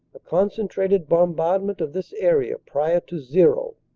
a concentrated bombardment of this area prior to zero,